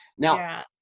Now